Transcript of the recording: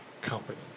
company